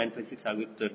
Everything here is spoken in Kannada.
956 ಆಗಿರುತ್ತದೆ